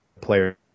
players